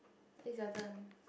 is your turn